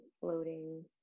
Floating